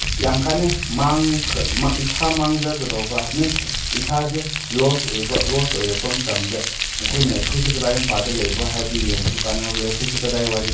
ꯌꯥꯝ ꯀꯥꯟꯅꯩ ꯏꯁꯥ ꯃꯥꯡꯖꯒꯗꯧꯕ ꯃꯤꯟꯁ ꯏꯁꯥꯁꯦ ꯂꯣꯁ ꯑꯣꯏꯕ ꯂꯣꯁ ꯑꯣꯏꯔꯛꯄ ꯃꯇꯝꯗ ꯑꯩꯈꯣꯏꯅ ꯑꯩꯈꯣꯏꯁꯦ ꯀꯗꯥꯏ ꯃꯄꯥꯗ ꯂꯩꯕ꯭ꯔ ꯍꯥꯏꯕ ꯌꯦꯡꯕꯁꯨ ꯀꯥꯟꯅꯕ ꯂꯩ ꯑꯩꯈꯣꯏꯁꯦ ꯀꯗꯥꯏꯋꯥꯏꯗ